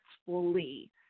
successfully